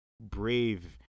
brave